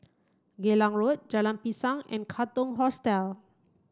Geylang Road Jalan Pisang and Katong Hostel